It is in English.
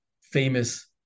famous